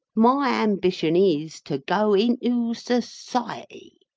my ambition is, to go into society.